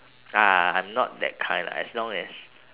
ah I'm not that kind lah as long as